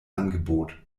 angebot